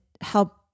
help